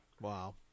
Wow